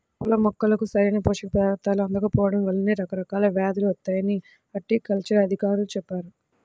పూల మొక్కలకు సరైన పోషక పదార్థాలు అందకపోడం వల్లనే రకరకాల వ్యేదులు వత్తాయని హార్టికల్చర్ అధికారులు చెప్పారు